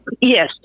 yes